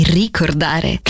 ricordare